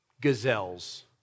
gazelles